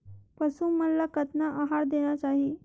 पशु मन ला कतना आहार देना चाही?